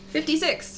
Fifty-six